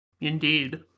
Indeed